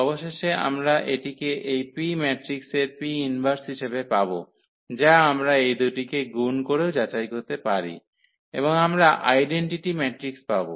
অবশেষে আমরা এটিকে এই P ম্যাট্রিক্সের P−1 হিসাবে পাব যা আমরা এই দুটিটিকে গুণ করেও যাচাই করতে পারি এবং আমরা আইডেন্টিটি ম্যাট্রিক্স পাব